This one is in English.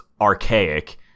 archaic